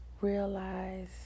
realize